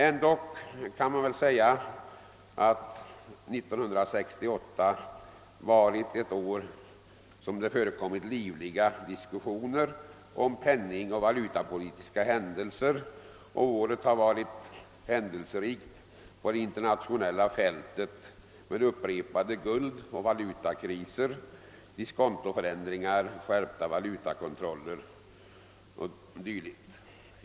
ändå har det under år 1968 varit en livlig diskussion om penningoch valutapolitiska händelser, och året har varit osedvanligt händelserikt på det internationella fältet med upprepade guldoch valutakriser, diskontoförändringar, skärpta valutakontroller och dylikt.